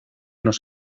nos